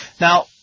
Now